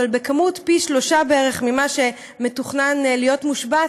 אבל בכמות פי שלושה בערך ממה שמתוכנן להיות מושבת,